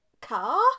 car